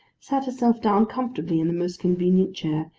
sat herself down comfortably in the most convenient chair,